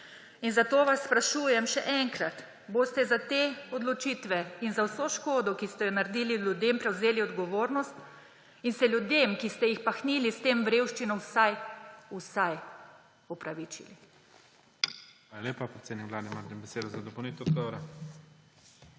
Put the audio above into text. Zato vas sprašujem še enkrat: Boste za te odločitve in za vso škodo, ki ste jo naredili ljudem, prevzeli odgovornost in se ljudem, ki ste jih pahnili s tem v revščino, vsaj, vsaj upravičili?